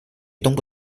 东部